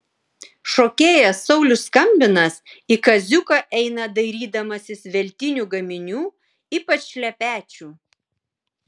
šokėjas saulius skambinas į kaziuką eina dairydamasis veltinių gaminių ypač šlepečių